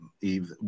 Eve